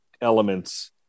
elements